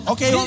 Okay